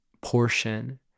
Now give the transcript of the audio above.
portion